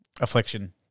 Affliction